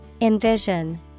Envision